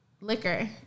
liquor